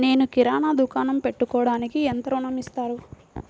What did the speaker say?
నేను కిరాణా దుకాణం పెట్టుకోడానికి ఎంత ఋణం ఇస్తారు?